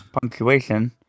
punctuation